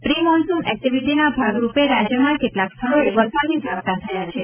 pre monsoon એક્ટિવિટીના ભાગરૂપે રાજ્યમાં કેટલાક સ્થળોએ વરસાદી ઝાપટાં થયા છે